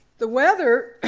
the weather,